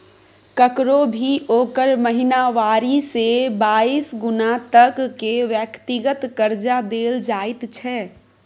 ककरो भी ओकर महिनावारी से बाइस गुना तक के व्यक्तिगत कर्जा देल जाइत छै